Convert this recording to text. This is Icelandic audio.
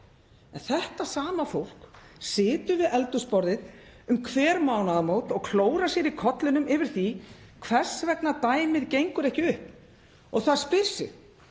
En þetta sama fólk situr við eldhúsborðið um hver mánaðamót og klórar sér í kollinum yfir því hvers vegna dæmið gengur ekki upp. Og það spyr sig